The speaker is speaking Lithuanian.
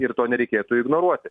ir to nereikėtų ignoruoti